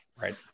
right